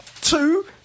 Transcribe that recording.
two